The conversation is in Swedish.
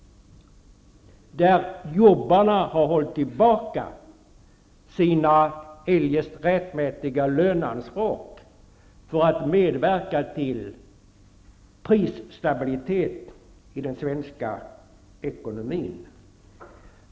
Jobbarna har ju hållit tillbaka sina eljest rättmätiga löneanspråk för att medverka till en prisstabilitet i den svenska ekonomin.